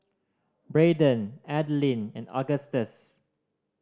Brayden Adilene and Augustus